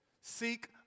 Seek